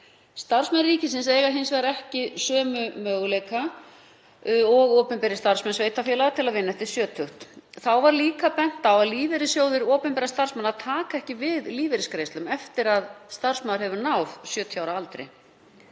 Starfsmenn ríkisins eiga hins vegar ekki sömu möguleika og opinberir starfsmenn sveitarfélaga til að vinna eftir sjötugt. Þá var bent á að lífeyrissjóðir opinberra starfsmanna tækju ekki við lífeyrisgreiðslum eftir að starfsmaður hefði náð 70 ára aldri.